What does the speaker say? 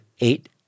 eight